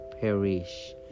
perish